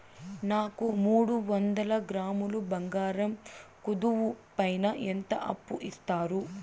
నాకు మూడు వందల గ్రాములు బంగారం కుదువు పైన ఎంత అప్పు ఇస్తారు?